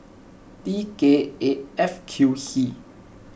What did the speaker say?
T K eight F Q C